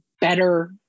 better